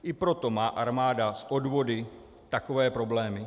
I proto má armáda s odvody takové problémy.